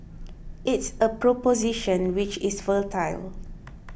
it's a proposition which is fertile